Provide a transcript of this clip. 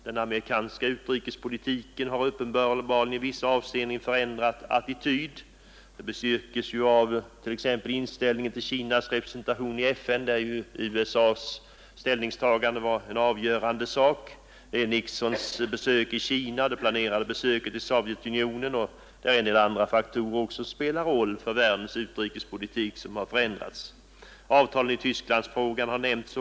Den amerikanska utrikespolitiken har uppenbarligen i vissa avseenden ändrat attityd, vilket bestyrkes av t.ex. inställningen till Kinas representation i FN för vilken USA:s inställning var avgörande, Nixons besök i Kina, det planerade besöket i Sovjetunionen och en del andra faktorer som spelar roll för världens utrikespolitik. Avtalen i Tysklandsfrågan har också nämnts.